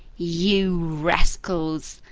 you rascals!